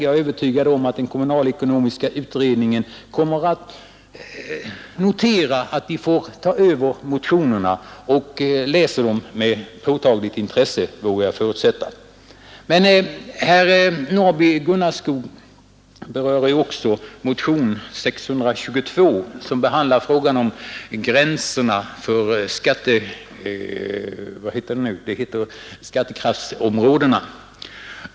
Jag är övertygad om att den kommunalekonomiska utredningen kommer att läsa motionerna och göra det — det vågar jag förutsätta — med påtagligt intresse. Herr Norrby i Gunnarskog berörde motionen 627 som behandlar frågan om gränserna för skattekraftsområdena.